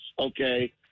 okay